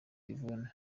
yvonne